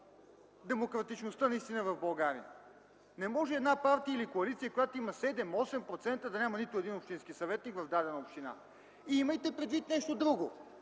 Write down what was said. демократичността в България. Не може една партия или коалиция, която има 7-8%, да няма нито един общински съветник в дадена община. Имайте предвид нещо друго: